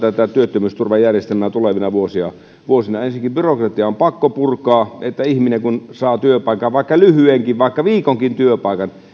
työttömyysturvajärjestelmää tulevina vuosina vuosina ensinnäkin byrokratiaa on pakko purkaa niin että ihminen kun saa työpaikan vaikka lyhyenkin vaikka viikonkin työpaikan